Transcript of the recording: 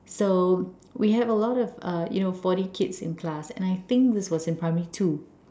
so we have a lot of uh you know forty kids in class and I think this was in primary two